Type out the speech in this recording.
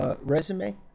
resume